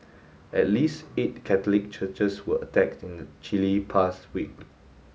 at least eight Catholic churches were attacked in Chile in past week